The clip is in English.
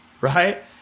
right